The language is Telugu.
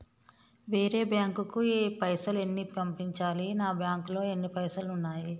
వేరే బ్యాంకుకు పైసలు ఎలా పంపించాలి? నా బ్యాంకులో ఎన్ని పైసలు ఉన్నాయి?